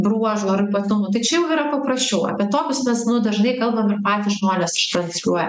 bruožų ar ypatumų tai čia jau yra paprasčiau apie tokius mes nu dažnai kalbam ir patys žmonės transliuoja